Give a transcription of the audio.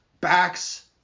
backs